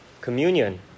communion